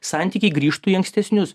santykiai grįžtų į ankstesnius